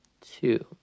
Two